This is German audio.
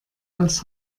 als